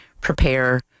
prepare